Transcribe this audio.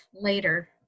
later